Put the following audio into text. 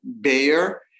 Bayer